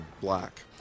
black